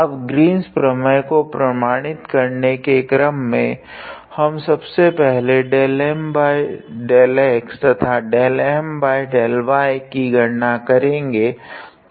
अब ग्रीन्स प्रमेय को प्रमाणित करने के क्रम में हम सब से पहले 𝜕𝑁𝜕𝑥 तथा 𝜕𝑀𝜕y की गणना करेगे